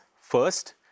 First